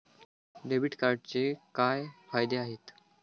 Debit कार्डचे काय फायदे आहेत?